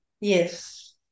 Yes